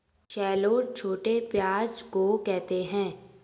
shallot छोटे प्याज़ को कहते है